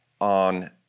on